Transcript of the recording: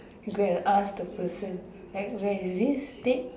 you go and ask the person like where is this thing